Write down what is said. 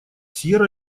сьерра